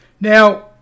Now